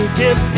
give